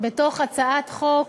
בתוך הצעת החוק,